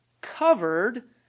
covered